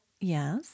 Yes